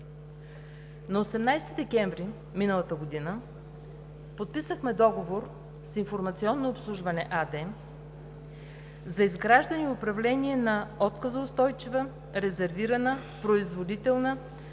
На 18 декември миналата година подписахме договор с „Информационно обслужване“ АД за изграждане и управление на отказоустойчива, резервирана, производителна,